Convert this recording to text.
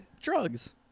Drugs